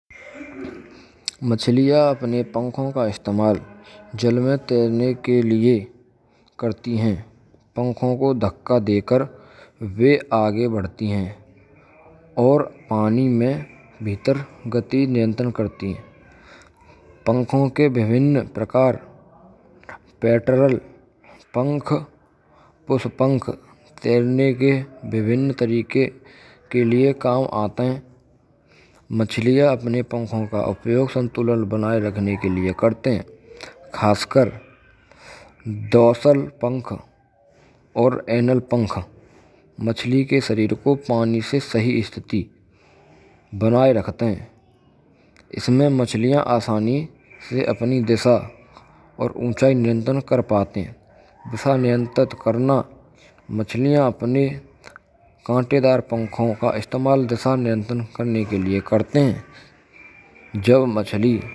Machhaliyaan apane pankhon ka istamaal jal mein tairane ke lie karatee hain pankhon ko dhakka dekar vah aage badhatee hain. Aur paanee mein bheetar gati niyantran karate hain pankhon ke vibhinn prakaar pitr pankh, pushpankh. Pankh tairane ke vibhinn tareeke ke lie kaam aata hai machhaliyaan apane pankhon ka upayog santulan banaane ke lie karate hain. Khaskar dorsal pankh aur anal pankh machli ko pani se shi sthitti bnaye rkhte hay. Isme machli asani se apni disha niyantran kr pati hay. Disha niyantranit krna: machli apne kaatedaar pankho ka istimal disha niyatran krne ke liye Krte hay.